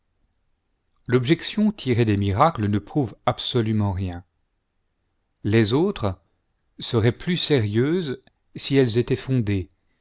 l'objection tirée des miracles ne prouve absolument rien les autres seraient plus sérieuses si elles étaient fondées